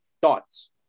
Thoughts